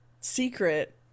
secret